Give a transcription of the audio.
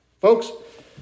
Folks